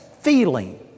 feeling